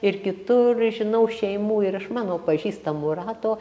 ir kitur žinau šeimų ir iš mano pažįstamų rato